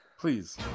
please